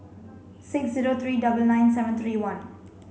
six zero three double nine seven three one